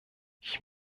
ich